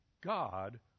God